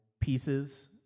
pieces